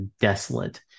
desolate